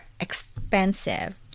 expensive